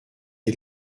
est